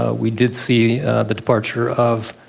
ah we did see the departure of